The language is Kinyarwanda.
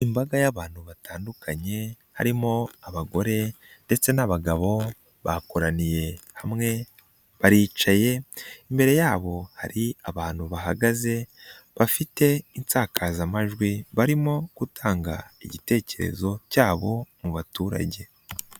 Imbaga y'abantu batandukanye harimo abagore ndetse n'abagabo, bakoraniye hamwe baricaye, imbere yabo hari abantu bahagaze, bafite insakazamajwi, barimo gutanga igitekerezo cyabo mu baturage.